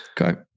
Okay